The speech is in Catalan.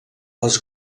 les